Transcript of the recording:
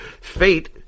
fate